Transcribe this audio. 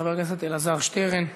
חבר הכנסת אלעזר שטרן,